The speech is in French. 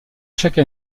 chaque